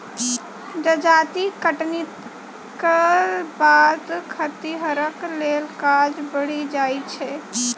जजाति कटनीक बाद खतिहरक लेल काज बढ़ि जाइत छै